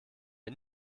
wir